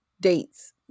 dates